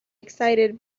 excited